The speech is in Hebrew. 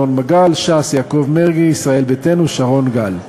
ינון מגל,